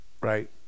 Right